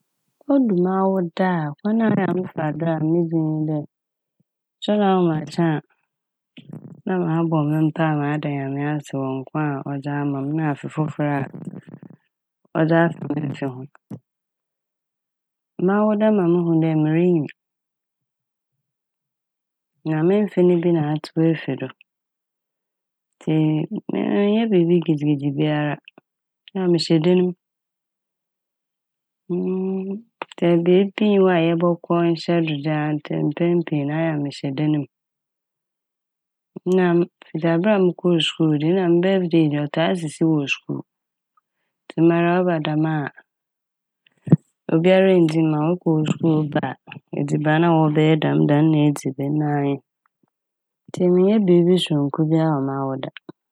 Odu m'awoda a kwan ayɛ a mefa do a midzi nye dɛ mosoɛr ahamakye a na mabɔ me mpaa na mada Nyame ase wɔ nkwa a ɔdze ama m' na afe fofor a ɔdze aka me me mfe ho. M'awoda ma muhu dɛ mirinyin na me mfe ne bi na atsew efi do ntsi me- ɔnnyɛ biibi gidigidi biara. Na mehyɛ dan m' sɛ beebi nnyi hɔ a yɛbɔkɔ nnhyɛ do de a - ade mpɛn pii ayɛ a mehyɛ dane m'. Na a m- daber a mokɔɔ skuul dze na me "birthday" de ɔtaa sisi wɔ skuul. Ntsi mara ɔba dɛm a obiara nndzi mma wo epɔn skuul ba a edziban a wɔbɛyɛ dɛm da no na edzi bi na anye n' ntsi mennyɛ biibi soronko biara wɔ m'awoda.